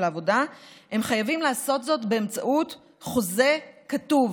הם חייבים לעשות זאת באמצעות חוזה כתוב